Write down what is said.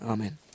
Amen